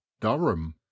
durham